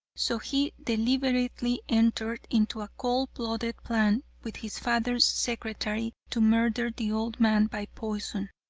so he deliberately entered into a cold-blooded plan with his father's secretary to murder the old man by poison.